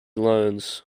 loans